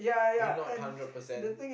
you not hundred percent